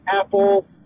Apple